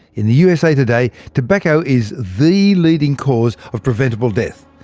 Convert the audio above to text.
in the usa today, tobacco is the leading cause of preventable death.